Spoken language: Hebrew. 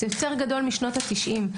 זה יותר גדול משנות ה-90'.